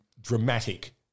dramatic